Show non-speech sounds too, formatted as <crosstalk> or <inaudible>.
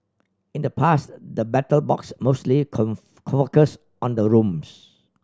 in the past the Battle Box mostly <unintelligible> focused on the rooms